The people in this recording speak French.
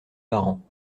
parents